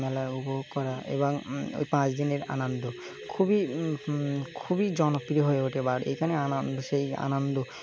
মেললা উপভোগ করা এবং ওই পাঁচ দিনের আনন্দ খুবই খুবই জনপ্রিয় হয়ে ওঠে বা এইখানে আনন্দ সেই আনন্দ